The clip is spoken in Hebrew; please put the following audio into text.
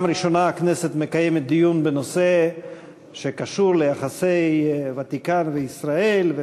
פעם ראשונה הכנסת מקיימת דיון בנושא שקשור ליחסי הוותיקן וישראל,